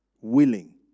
willing